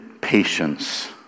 patience